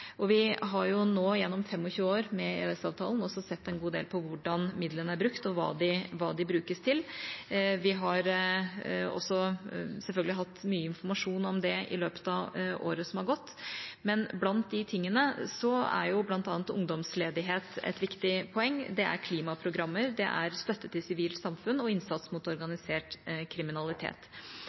Vi har nå gjennom 25 år med EØS-avtalen også sett en god del på hvordan midlene er brukt, og hva de brukes til. Vi har også selvfølgelig hatt mye informasjon om det i løpet av året som er gått. Men blant de tingene er bl.a. ungdomsledighet et viktig poeng. Det er klimaprogrammer. Det er støtte til sivilt samfunn og innsats mot organisert kriminalitet.